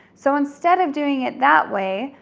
so instead of doing it that way,